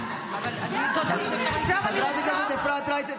--- אתם הורסים את הכנסת ברמה מטורפת --- חברת הכנסת אפרת רייטן,